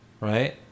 right